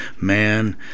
Man